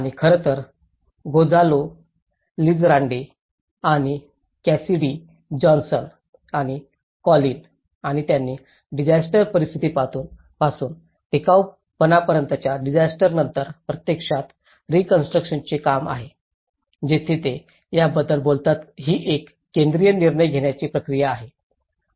आणि खरं तर गोंझालो लिझराल्डे आणि कॅसिडी जॉनसन आणि कॉलिन आणि त्यांनी डिसास्टर परिस्थितीपासून टिकाऊपणापर्यंतच्या डिसास्टरंनंतर प्रत्यक्षात रीकॉन्स्ट्रुकशनचे काम केले आहे जिथे ते याबद्दल बोलतात ही एक केंद्रित निर्णय घेण्याची प्रक्रिया आहे